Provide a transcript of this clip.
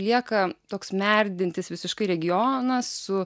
lieka toks merdintis visiškai regionas su